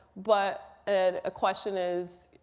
but and a question is,